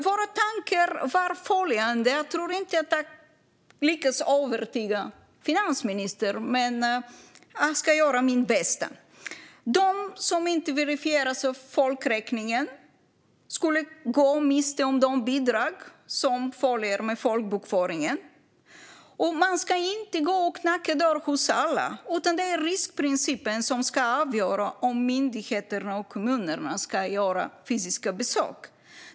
Våra tankar var följande - jag tror inte att jag lyckas övertyga finansministern, men jag ska göra mitt bästa: De som inte verifieras av folkräkningen skulle gå miste om de bidrag som följer med folkbokföringen. Man ska inte gå och knacka dörr hos alla, utan det är riskprincipen som ska avgöra om myndigheterna och kommunerna ska göra fysiska besök.